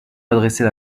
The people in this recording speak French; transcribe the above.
m’adresser